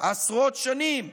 עשרות שנים,